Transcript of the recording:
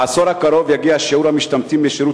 בעשור הקרוב יגיע שיעור המשתמטים משירות